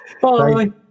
Bye